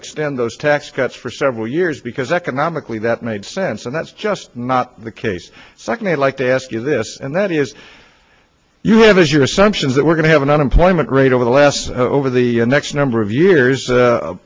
extend those tax cuts for several years because economically that made sense and that's just not the case secondly i'd like to ask you this and that is you have as your assumptions that we're going to have an unemployment rate over the last over the next number of years